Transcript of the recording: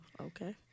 Okay